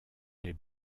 les